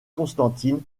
constantine